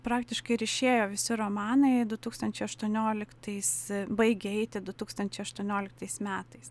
praktiškai ir išėjo visi romanai du tūkstančiai aštuonioliktais baigė eiti du tūkstančiai aštuonioliktais metais